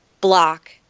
block